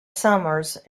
summers